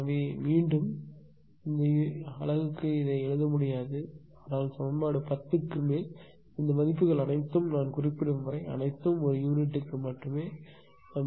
எனவே மீண்டும் இந்த அலகுக்கு எழுத முடியாது ஆனால் சமன்பாடு 10 க்கு மேல் இந்த மதிப்புகள் அனைத்தும் நான் குறிப்பிடும் வரை அனைத்தும் ஒரு யூனிட்டுக்கு மட்டுமே இருக்கும்